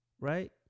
Right